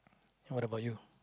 what about you